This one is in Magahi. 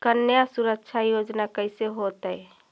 कन्या सुरक्षा योजना कैसे होतै?